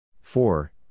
four